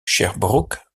sherbrooke